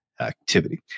activity